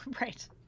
right